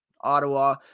Ottawa